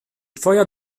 twoja